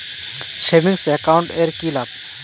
Savings account এর কি লাভ?